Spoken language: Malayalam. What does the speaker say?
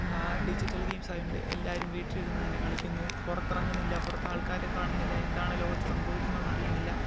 ഡിജിറ്റൽ ഗെയിംസ് ആയത് കൊണ്ട് എല്ലാവരും വീട്ടിൽ ഇരുന്ന് തന്നെ കളിക്കുന്നു പുറത്ത് ഇറങ്ങുന്നില്ല പുറത്ത് ആൾക്കാരെ കാണുന്നില്ല എന്താണ് ലോകത്ത് സംഭവിക്കുന്നതെന്ന് അറിയുന്നില്ല